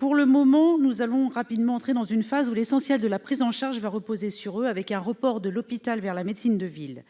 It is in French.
Or nous allons entrer dans une phase où l'essentiel de la prise en charge va reposer sur eux, avec un report de l'hôpital vers la médecine de ville.